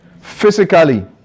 physically